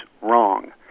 wrong